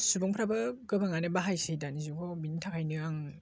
सुबुंफ्राबो गोबाङानो बाहायसै दानि जुगाव बेनि थाखायनो आं